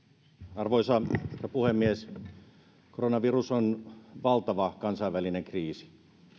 arvoisa puhemies koronavirus on valtava kansainvälinen kriisi